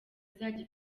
izajya